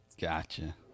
gotcha